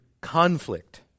conflict